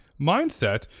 mindset